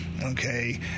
Okay